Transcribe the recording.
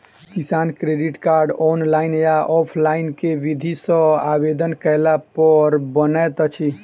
किसान credit card, online या offline केँ विधि सँ आवेदन कैला पर बनैत अछि?